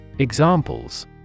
Examples